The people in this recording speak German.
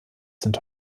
sind